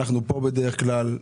כשאנחנו פה בדרך כלל.